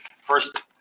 first